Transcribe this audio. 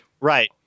Right